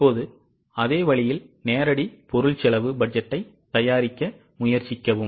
இப்போது அதே வழியில் நேரடி பொருள் செலவு பட்ஜெட்டை தயாரிக்க முயற்சிக்கவும்